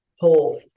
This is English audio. whole